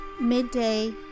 midday